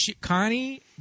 Connie